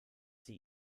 sie